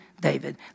David